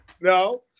no